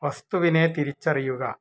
വസ്തുവിനെ തിരിച്ചറിയുക